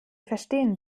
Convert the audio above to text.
verstehen